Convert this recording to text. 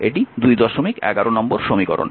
এটি 211 নম্বর সমীকরণ